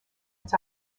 its